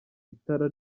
itara